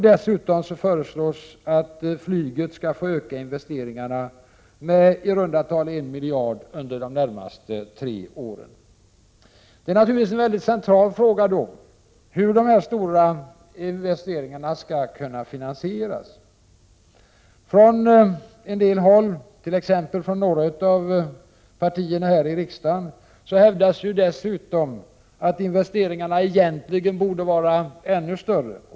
Dessutom föreslås att flyget skall få öka investeringarna med i runda tal en miljard under de närmaste tre åren. En central fråga är hur de stora investeringarna skall kunna finaniseras. Från en del håll, t.ex. från några av partierna här i riksdagen, hävdas dessutom att investeringarna egentligen borde vara ännu större.